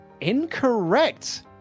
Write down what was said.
Incorrect